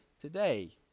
today